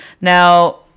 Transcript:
Now